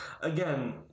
Again